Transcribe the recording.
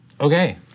Okay